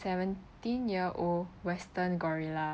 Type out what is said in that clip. seventeen year old western gorilla